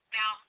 Now